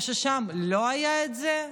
או ששם לא היה את זה?